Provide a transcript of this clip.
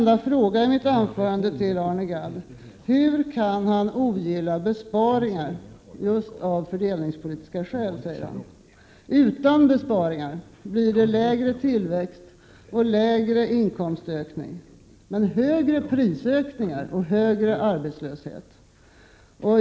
Jag ställde en enda fråga till Arne Gadd: Hur kan han av just fördelningspolitiska skäl ogilla besparingar, som han säger? Utan besparingar får vi lägre tillväxt och lägre inkomstökningar, men däremot högre prisökningar och högre arbetslöshet.